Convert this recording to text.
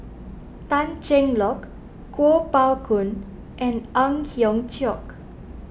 Tan Cheng Lock Kuo Pao Kun and Ang Hiong Chiok